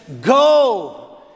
Go